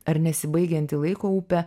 ar nesibaigianti laiko upė